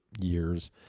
years